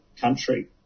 country